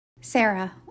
Sarah